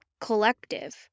collective